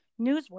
newsworthy